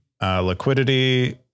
Liquidity